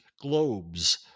globes